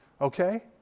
Okay